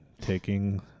taking